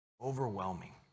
Overwhelming